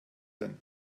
denn